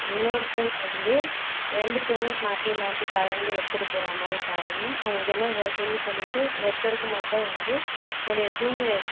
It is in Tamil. இன்னொருத்தர்க்கு வந்து ரெண்டுத்துமே மாற்றி மாற்றி கலந்து எடுத்துகிட்டு போகிறா மாதிரி பாருங்கள் உங்களுக்கு என்ன ஒர்க்குன்னு சொல்லிவிட்டு ஒருத்தருக்கு மட்டும் வந்து என்னுடைய ஜூனியர்